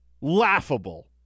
Laughable